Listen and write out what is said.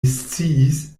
sciis